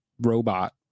robot